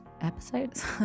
episodes